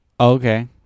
Okay